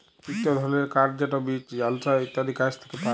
ইকট ধরলের কাঠ যেট বীচ, বালসা ইত্যাদি গাহাচ থ্যাকে পায়